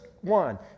one